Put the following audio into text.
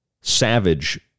savage